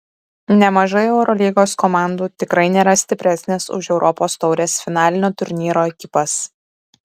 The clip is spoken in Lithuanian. nemažai eurolygos komandų tikrai nėra stipresnės už europos taurės finalinio turnyro ekipas